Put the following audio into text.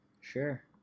Sure